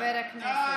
חבר הכנסת